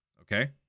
Okay